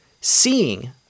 Seeing